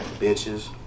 bitches